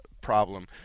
problem